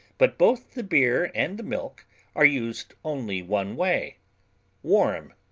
but both the beer and the milk are used only one way warm,